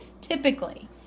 typically